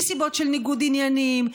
מסיבות של ניגוד עניינים,